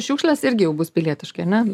šiukšles irgi jau bus pilietiškai ar ne